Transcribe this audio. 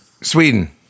Sweden